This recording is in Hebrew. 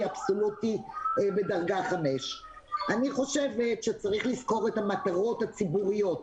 אבסולוטי בדרגה 5. אני חושבת שצריך לזכור את המטרות הציבוריות